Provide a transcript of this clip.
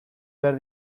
behar